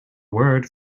word